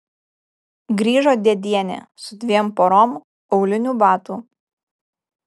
grįžo dėdienė su dviem porom aulinių batų